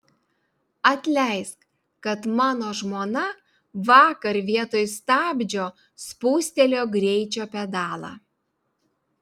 atleisk kad mano žmona vakar vietoj stabdžio spustelėjo greičio pedalą